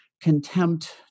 contempt